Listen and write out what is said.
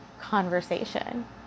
conversation